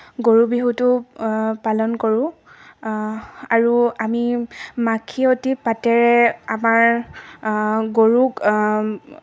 গৰু বিহুটো পালন কৰোঁ আৰু আমি মাখিয়তী পাতেৰে আমাৰ গৰুক